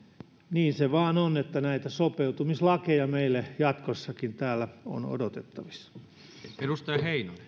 niin se vaan on että näitä sopeutumislakeja meille jatkossakin täällä on odotettavissa